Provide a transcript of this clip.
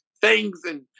things—and